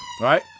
Right